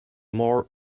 more